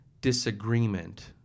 disagreement